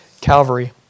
Calvary